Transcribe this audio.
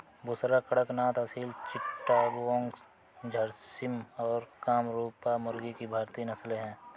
बुसरा, कड़कनाथ, असील चिट्टागोंग, झर्सिम और कामरूपा मुर्गी की भारतीय नस्लें हैं